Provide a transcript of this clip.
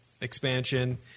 expansion